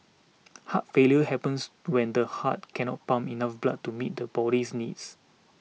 heart failure happens when the heart cannot pump enough blood to meet the body's needs